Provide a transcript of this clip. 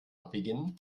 beginnen